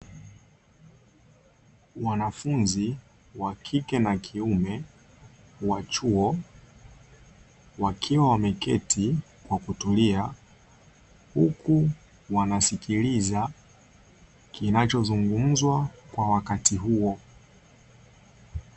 Wanafunzi wa kike na kiume wa chuo wakiwa wameketi kwa kutulia wanasikiliza kinachozungumzwa kwa wakati huo.